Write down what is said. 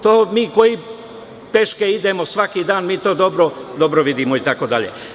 To mi koji peške idemo svaki dan, mi to dobro vidimo, itd.